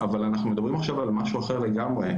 אבל אנחנו מדברים עכשיו על משהו אחר לגמרי.